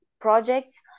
projects